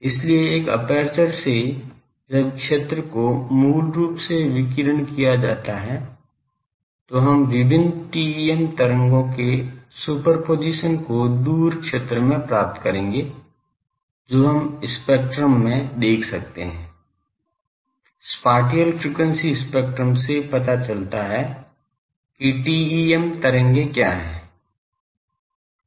इसलिए एक एपर्चर से जब क्षेत्र को मूल रूप से विकीर्ण किया जाता है तो हम विभिन्न TEM तरंगों के सुपरपोजिशन को दूर क्षेत्र में प्राप्त करेंगे जो हम स्पेक्ट्रम में देख सकते हैं स्पाटिअल फ्रीक्वेंसी स्पेक्ट्रम से पता चलता है कि TEM तरंगें क्या हैं